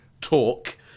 talk